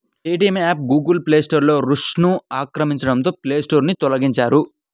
Paytm app Google play store రూల్స్ను అతిక్రమించడంతో play store నుంచి తొలగించారు